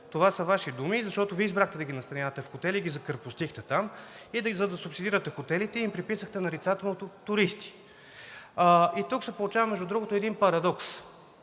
това са Ваши думи, защото Вие избрахте да ги настанявате в хотели и ги закрепостихте там и за да субсидирате хотелите, им приписахте нарицателното туристи. И тук се получава, между другото, един парадокс.